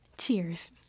Cheers